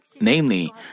Namely